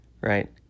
right